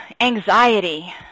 Anxiety